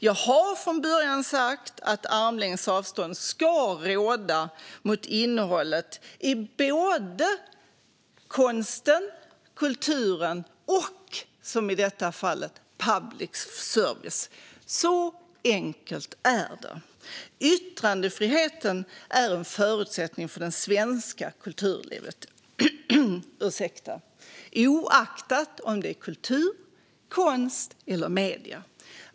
Jag har från början sagt att armlängds avstånd ska råda mot innehållet i både konsten, kulturen och, som i detta fall, public service. Så enkelt är det. Yttrandefriheten är en förutsättning för det svenska kulturlivet, oavsett om det är kultur, konst eller medier.